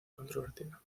controvertida